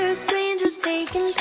ah strangers taking